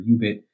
UBIT